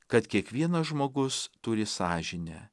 kad kiekvienas žmogus turi sąžinę